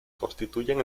constituyen